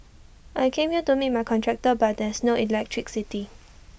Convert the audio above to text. I came here to meet my contractor but there's no electricity